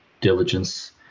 diligence